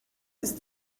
ist